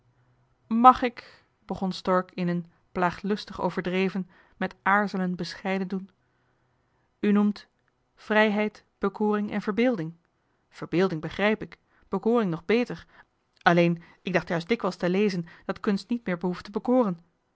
mag ik begon stork in een plaaglustig overdreven met aarzelen bescheiden doen u noemt vrijheid bekoring en verbeelding verbeelding begrijp ik bekoring nog beter alleen ik dacht juist dikwijls te lezen dat kunst niet meer behoeft te bekoren